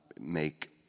make